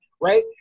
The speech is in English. right